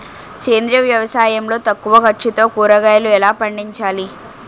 సేంద్రీయ వ్యవసాయం లో తక్కువ ఖర్చుతో కూరగాయలు ఎలా పండించాలి?